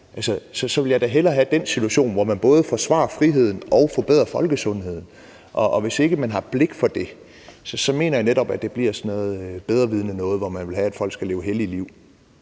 vil jeg da hellere have den situation, hvor man både forsvarer friheden og forbedrer folkesundheden. Hvis ikke man har blik for det, mener jeg netop, at det bliver sådan noget bedrevidende noget, hvor man vil have, at folk skal leve hellige liv.